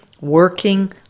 working